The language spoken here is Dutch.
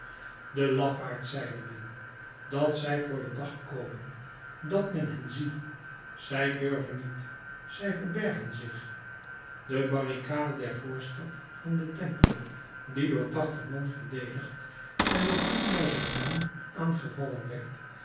de lafaards zeide men dat zij voor den dag komen dat men hen zie zij durven niet zij verbergen zich de barricade der voorstad van den tempel die door tachtig man verdedigd en door tien duizend man aangevallen werd